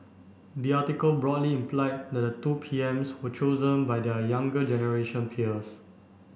the article broadly implied that the two PMs were chosen by their younger generation peers